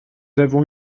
avons